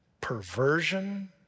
perversion